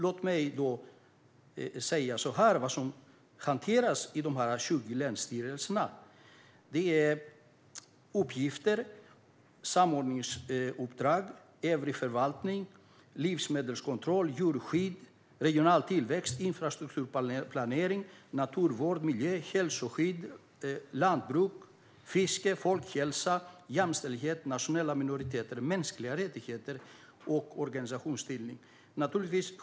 Låt mig säga så här om vad som hanteras i de 20 länsstyrelserna: Det är uppgifter, samordningsuppdrag, övrig förvaltning, livsmedelskontroll, djurskydd, regional tillväxt, infrastrukturplanering, naturvård, miljö, hälsoskydd, lantbruk, fiske, folkhälsa, jämställdhet, nationella minoriteter, mänskliga rättigheter och organisationsbildning.